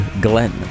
glenn